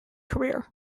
career